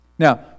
Now